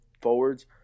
forwards